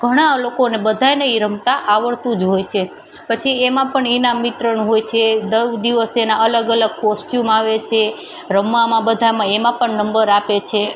ઘણા લોકોને બધાયને એ રમતા આવડતું જ હોય છે પછી એમાં પણ એના મિત્રણ હોય છે દવ દિવસ એના અલગ અલગ કોસ્ચ્યુમ આવે છે રમવામાં બધામાં એમાં પણ નંબર આપે છે